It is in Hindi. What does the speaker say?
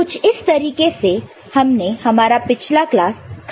कुछ इस तरीके से हमने हमारा पिछला क्लास खत्म किया था